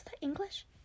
English